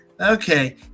okay